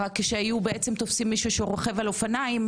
רק כשהיו תופסים מישהו שרוכב על אופניים,